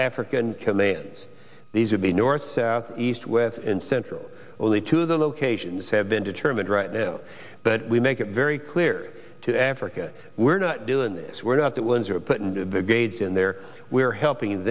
african commands these would be north south east with and central only to the locations have been determined right now but we make it very clear to africa we're not doing this we're not the ones who are putting big aids in there we're helping